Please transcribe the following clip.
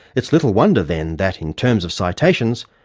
it's little wonder then that in terms of citations,